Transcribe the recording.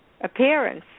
appearance